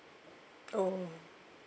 oh